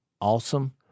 awesome